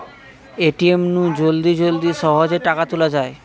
ATM নু জলদি জলদি সহজে টাকা তুলা যায়